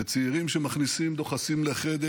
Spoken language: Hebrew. וצעירים שמכניסים, דוחסים לחדר